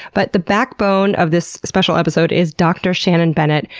but the backbone of this special episode is dr. shannon bennett,